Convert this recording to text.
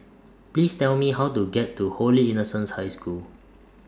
Please Tell Me How to get to Holy Innocents' High School